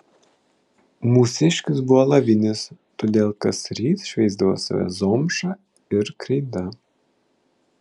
mūsiškis buvo alavinis todėl kasryt šveisdavo save zomša ir kreida